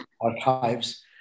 archives